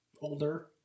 Older